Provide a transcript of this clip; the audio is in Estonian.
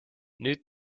nüüd